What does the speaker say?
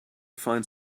find